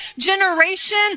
generation